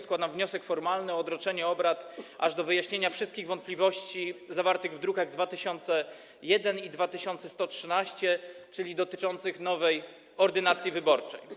Składam wniosek formalny o odroczenie obrad aż do wyjaśnienia wszystkich wątpliwości dotyczących projektów zawartych w drukach nr 2001 i 2113, czyli dotyczących nowej ordynacji wyborczej.